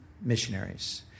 missionaries